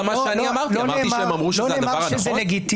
לא נאמר שזה לגיטימי.